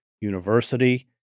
university